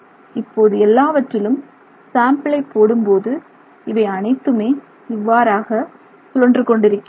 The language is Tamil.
இப்போது எல்லாவற்றிலும் சாம்பிளை போடும்போது இவை அனைத்துமே இவ்வாறாக சுழன்று கொண்டிருக்கிறது